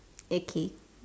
A K